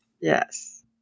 Yes